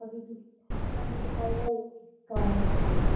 अभी तो अभी तो परवल का है टाइम